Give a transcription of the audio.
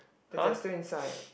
that they are still inside